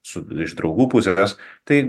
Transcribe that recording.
su iš draugų pusės tai